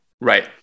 right